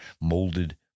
molded